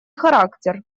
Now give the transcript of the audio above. характер